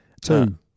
Two